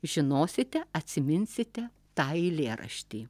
žinosite atsiminsite tą eilėraštį